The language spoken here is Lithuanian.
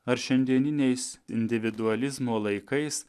ar šiandieniniais individualizmo laikais